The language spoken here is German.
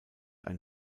ein